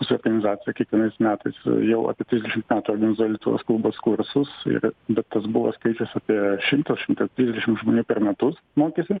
mūsų organizacija kiekvienais metais jau apie trisdešimt metų organizuoja lietuvos kalbos kursus ir bet tas buvo skaičius apie šimtą šimtą trisdešim žmonių per metus mokėsi